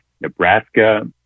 Nebraska